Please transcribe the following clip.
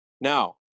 Now